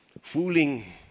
Fooling